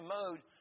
mode